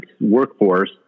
workforce